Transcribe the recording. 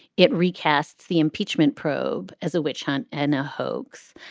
it recasts the impeachment probe as a witch hunt and a hoax.